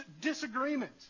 disagreement